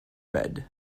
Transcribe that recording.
red